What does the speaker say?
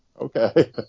Okay